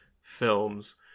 films